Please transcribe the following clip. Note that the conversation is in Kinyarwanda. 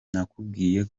nakubwiye